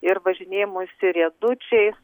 ir važinėjimuisi riedučiais